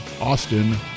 Austin